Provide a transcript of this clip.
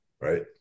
right